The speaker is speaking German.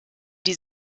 die